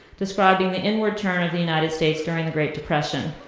describing the inward turn of the united states during the great depression.